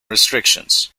restrictions